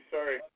Sorry